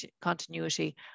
continuity